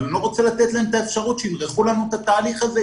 אבל אני לא רוצה לתת את האפשרות שימרחו לנו את התהליך הזה.